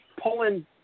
pulling